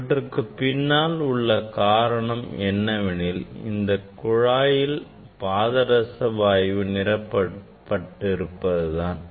இவற்றுக்குப் பின்னால் உள்ள காரணம் என்னவெனில் இந்த குழாயில் பாதரச வாயு நிரப்பப்பட்டு இருப்பது தான்